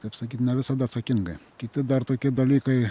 kaip sakyt ne visada atsakingai kiti dar tokie dalykai